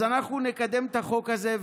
אז אנחנו נקדם את החוק הזה,